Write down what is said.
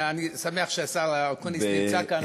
ואני שמח שהשר אקוניס נמצא כאן,